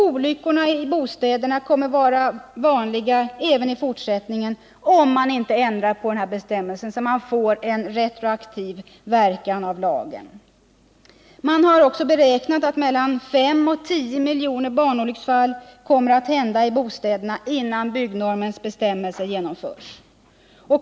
Olyckor i bostäder kommer att vara vanliga även i fortsättningen, om man inte ändrar lagen så att den får en retroaktiv verkan. Man har också beräknat att mellan fem och tio miljoner barnolycksfall kommer att hända i bostäderna innan byggnadsnormens bestämmelser genomförts.